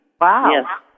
Wow